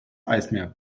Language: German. eismeer